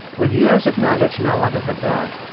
with years of knowledge now under her belt,